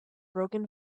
broken